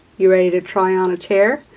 you ready to try on a chair?